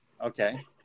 Okay